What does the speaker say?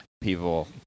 people